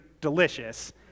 delicious